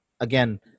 again